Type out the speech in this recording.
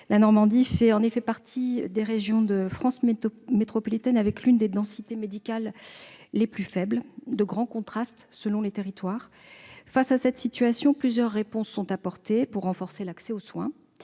La Normandie fait en effet partie des régions de France métropolitaine où la densité médicale est particulièrement faible, avec de grands contrastes selon les territoires. Face à cette situation, plusieurs réponses sont apportées pour renforcer l'accès aux soins